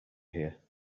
here